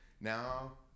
Now